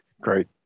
Great